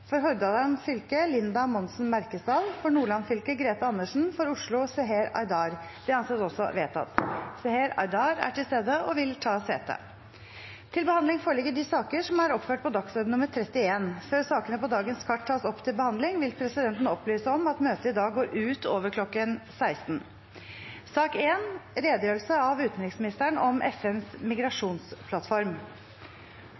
For Hordaland fylke: Linda Monsen Merkesdal For Nordland fylke: Grethe Andersen For Oslo: Seher Aydar Seher Aydar er til stede og vil ta sete. Før sakene på dagens kart tas opp til behandling, vil presidenten opplyse om at møtet i dag går ut over kl. 16. Hver generasjon står overfor utfordringer som er unike, der tidligere tiders løsninger ikke strekker til. For vår generasjon er en av